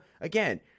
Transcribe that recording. again